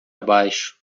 baixo